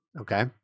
Okay